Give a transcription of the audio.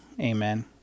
Amen